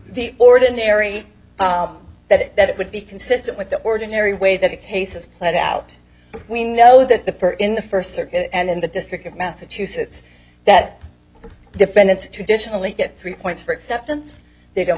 the ordinary that that would be consistent with the ordinary way that the case is played out we know that the for in the first circuit and in the district of massachusetts that defendants traditionally get three points for acceptance they don't